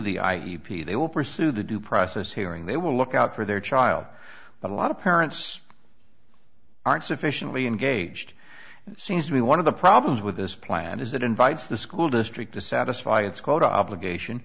the i e p they will pursue the due process hearing they will look out for their child but a lot of parents aren't sufficiently engaged seems to me one of the problems with this plan is that invites the school district to satisfy its quota obligation